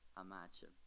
imagine